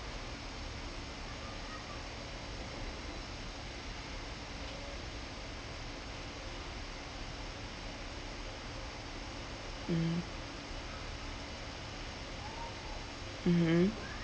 mm mmhmm